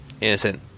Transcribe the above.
Innocent